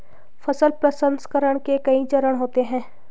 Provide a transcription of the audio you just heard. फसल प्रसंसकरण के कई चरण होते हैं